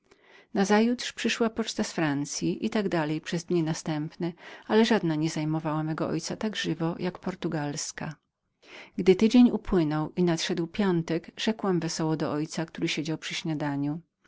moim nazajutrz przyszła poczta z francyi i tak dalej przez dni następne ale żadna nie zajmowała tak żywo mego ojca jak portugalska gdy tydzień upłynął i nadszedł piątek rzekłam wesoło do mego ojca który siedział przy śniadaniu